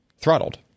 throttled